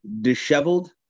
disheveled